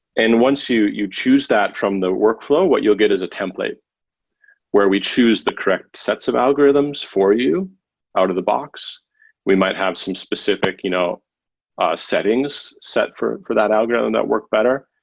and once you you choose that from the workflow, what you'll get is a template where we choose the correct sets of algorithms for you out-of-the-box. we might have some specific you know settings set for for that algorithm that work better.